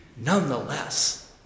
Nonetheless